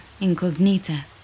incognita